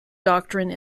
doctrine